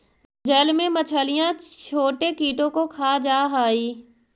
जल में मछलियां छोटे कीटों को खा जा हई